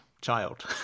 child